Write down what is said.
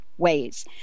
ways